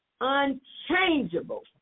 unchangeable